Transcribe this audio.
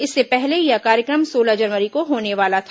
इससे पहले यह कार्यक्रम सोलह जनवरी को होने वाला था